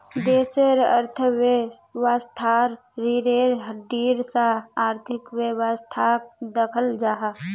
देशेर अर्थवैवास्थार रिढ़ेर हड्डीर सा आर्थिक वैवास्थाक दख़ल जाहा